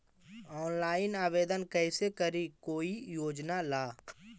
Online आवेदन कैसे करी कोई योजना ला?